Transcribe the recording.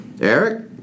Eric